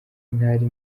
ntari